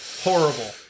horrible